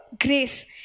grace